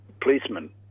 policemen